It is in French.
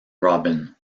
robin